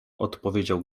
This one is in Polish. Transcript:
odpowiedział